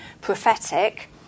prophetic